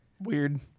Weird